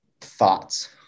thoughts